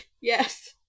Yes